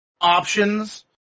options